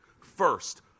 First